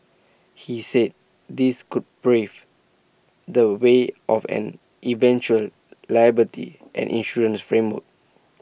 he said this could brave the way of an eventual liability and insurance framework